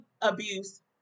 Abuse